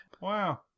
Wow